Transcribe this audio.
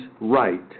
right